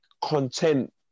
content